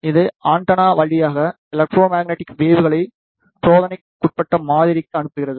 இது ஆண்டெனா வழியாக எலெக்ட்ரோமேக்னெட்டிக் வேவ்களை சோதனைக்குட்பட்ட மாதிரிக்கு அனுப்புகிறது